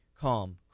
calm